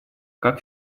как